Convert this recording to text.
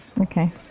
Okay